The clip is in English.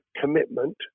commitment